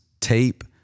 tape